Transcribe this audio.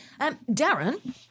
Darren